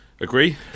Agree